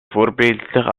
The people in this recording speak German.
vorbildlich